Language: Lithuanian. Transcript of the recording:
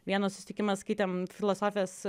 vienas susitikimas skaitėm filosofijos